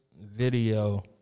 video